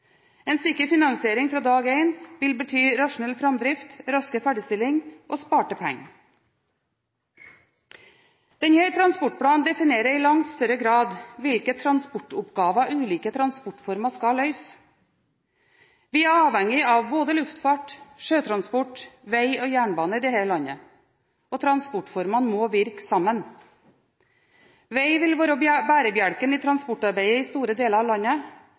En sikker finansiering fra dag én vil bety rasjonell framdrift, raskere ferdigstilling og sparte penger. Denne transportplanen definerer i langt større grad hvilke transportoppgaver ulike transportformer skal løse. Vi er avhengig av både luftfart, sjøtransport, veg og jernbane i dette landet. Og transportformene må virke sammen. Veg vil være bærebjelken i transportarbeidet i store deler av landet,